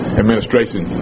administration